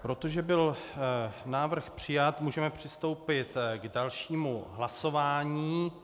Protože byl návrh přijat, můžeme přistoupit k dalšímu hlasování.